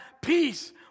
peace